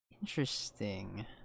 Interesting